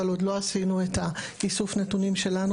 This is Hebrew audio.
אבל עוד לא עשינו את איסוף הנתונים שלנו